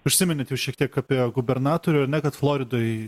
užsiminėt jau šiek tiek apie gubernatorių ar ne kad floridoj